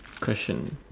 question